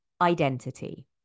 identity